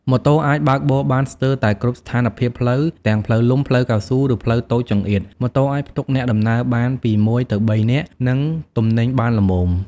ម៉ូតូអាចបើកបរបាន ស្ទើរតែគ្រប់ស្ថានភាពផ្លូវ ទាំងផ្លូវលំ ផ្លូវកៅស៊ូ ឬផ្លូវតូចចង្អៀត។ ម៉ូតូអាចផ្ទុកអ្នកដំណើរបានពី ១ ទៅ ៣ នាក់ និងទំនិញបានល្មម ។